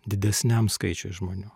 didesniam skaičiui žmonių